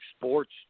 Sports